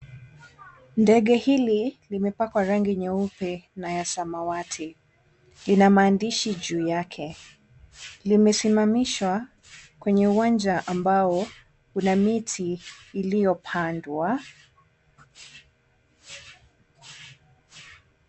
Ndege hili limepakwa rangi nyeupe na ya samawati. Lina mahandishi juu yake. Limesimamishwa kwenye uwanja ambao una miti iliyopandwa.